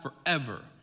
forever